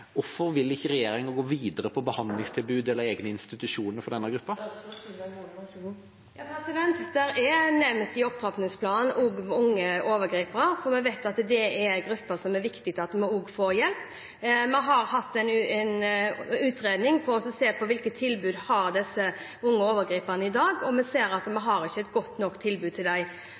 Hvorfor vil ikke regjeringa gå videre med behandlingstilbud eller egne institusjoner for denne gruppen? Det er nevnt i opptrappingsplanen, også unge overgripere, for vi vet at det er en gruppe som det er viktig også får hjelp. Vi har hatt en utredning for å se på hvilke tilbud disse unge overgriperne har i dag, og vi ser at vi ikke har et godt nok tilbud til